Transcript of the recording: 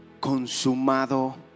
consumado